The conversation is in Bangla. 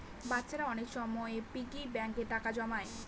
বাচ্চারা অনেক সময় পিগি ব্যাঙ্কে টাকা জমায়